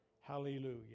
Hallelujah